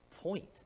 point